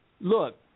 Look